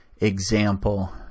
example